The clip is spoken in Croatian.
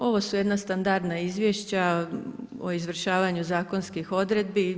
Ovo su jedna standardna izvješća o izvršavanju zakonskih odredbi.